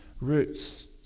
roots